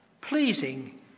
pleasing